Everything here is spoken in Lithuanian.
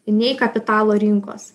nei kapitalo rinkos